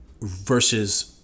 versus